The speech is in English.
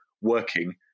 working